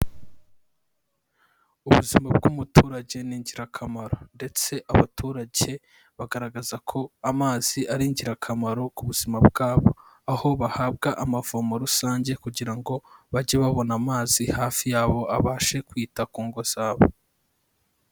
Ubuzima bw'umuturage ni ingirakamaro, ndetse abaturage bagaragaza ko amazi ari ingirakamaro ku buzima bwabo, aho bahabwa amavomo rusange kugira ngo bajye babona amazi hafi yabo abashe kwita ku ngo zabo.